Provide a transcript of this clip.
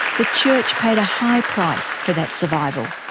the church paid a high price for that survival.